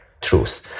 truth